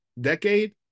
Decade